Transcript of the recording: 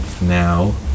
now